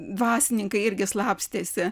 dvasininkai irgi slapstėsi